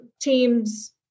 teams